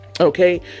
Okay